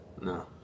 No